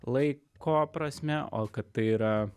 laiko prasme o kad tai yra